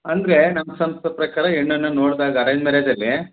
ಅಂದರೇ ನಮ್ಮ ಸಂಸ್ಕೃತಿ ಪ್ರಕಾರ ಹೆಣ್ಣನ್ನು ನೋಡ್ದಾಗ ಅರೇಂಜ್ ಮ್ಯಾರೇಜಗೇ